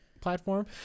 platform